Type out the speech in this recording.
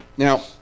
Now